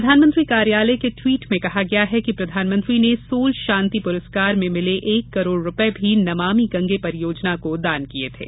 प्रधानमंत्री कार्यालय के ट्वीट में कहा गया है कि प्रधानमंत्री ने सोल शांति प्रस्कांर में मिले एक करोड़ रूपये भी नमामि गंगे परियोजना को दान किए थे